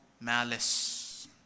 malice